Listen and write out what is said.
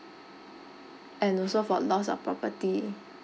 and also for loss of property